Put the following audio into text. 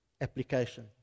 application